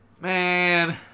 Man